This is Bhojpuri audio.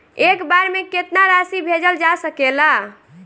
एक बार में केतना राशि भेजल जा सकेला?